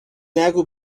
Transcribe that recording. نگو